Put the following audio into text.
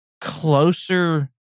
closer